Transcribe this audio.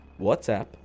WhatsApp